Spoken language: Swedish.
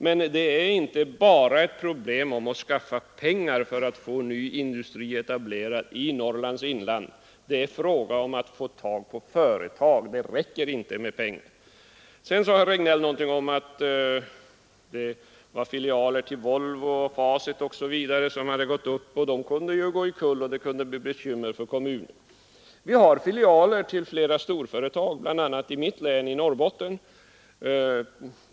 Men det är inte bara fråga om att skaffa pengar för att få ny industri etablerad i Norrlands inland — det är fråga om att få tag på företag. Det räcker inte med pengar! Sedan sade herr Regnéll någonting om att det fanns filialer till Volvo, Facit etc. i Norrland, att de ju kunde gå omkull och att det kunde bli bekymmer för kommunerna. Vi har filialer till flera storföretag bl.a. i mitt län, Norrbotten.